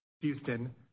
Houston